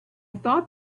thought